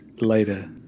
later